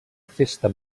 festa